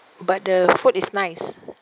but the food is nice